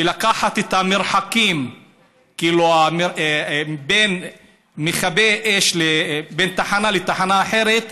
ולקחת את המרחקים בין תחנה לתחנה אחרת,